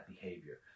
behavior